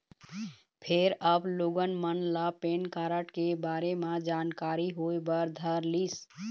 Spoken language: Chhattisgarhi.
फेर अब लोगन मन ल पेन कारड के बारे म जानकारी होय बर धरलिस